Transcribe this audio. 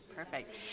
Perfect